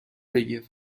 بگیر